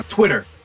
Twitter